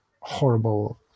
horrible